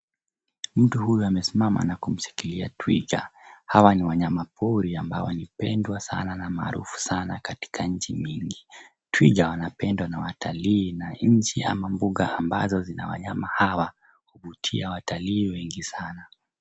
Mtu huyu amesimama na kumshikilia twiga. Hawa ni wanyama pori ambao wanapendwa sana na maarufu sana katika nchi nyingi. Twiga wanapendwa na watalii, na nchi ama mbuga ambazo zina wanyama hawa huvutia watalii wengi sana.